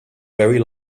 very